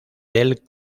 del